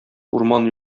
урман